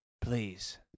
Please